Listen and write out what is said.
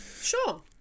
Sure